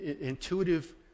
intuitive